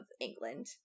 England